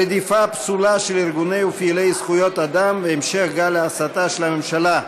רדיפה פסולה של ארגוני ופעילי זכויות האדם והמשך גל ההסתה של הממשלה,